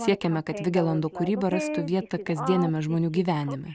siekiame kad vigelando kūryba rastų vietą kasdieniame žmonių gyvenime